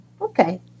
Okay